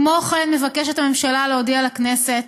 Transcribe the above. כמו כן מבקשת הממשלה להודיע לכנסת,